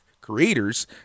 creators